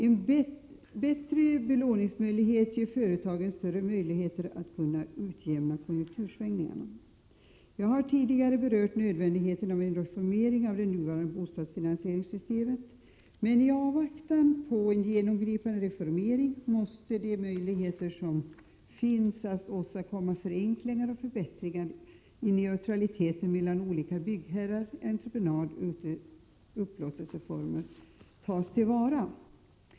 Bättre belåningsmöjlighet ger företagen större möjligheter att utjämna konjunktursvängningarna. Jag har tidigare berört nödvändigheten av en reformering av det nuvarande bostadsfinansieringssystemet. Men i avvaktan på en mer genomgripande reformering måste de möjligheter som finns att åstadkomma förenklingar och förbättringar i neutraliteten mellan olika byggherrar, entreprenadoch upplåtelseformer tas till vara.